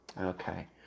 Okay